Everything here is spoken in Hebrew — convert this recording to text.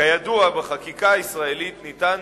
כידוע, בחקיקה הישראלית ניתן